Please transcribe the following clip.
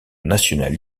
national